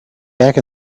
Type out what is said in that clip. back